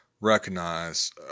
recognize